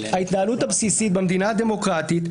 ההתנהלות הבסיסית במדינה הדמוקרטית,